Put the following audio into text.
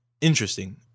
Interesting